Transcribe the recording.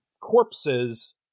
corpses